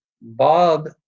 Bob